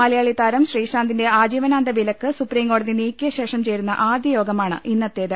മലയാളിതാരം ശ്രീശാന്തിന്റെ ആജീവനാന്തവിലക്ക് സുപ്രീംകോടതി നീക്കിയശേഷം ചേരുന്ന ആദ്യയോഗമാണ് ഇന്നത്തേത്